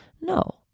No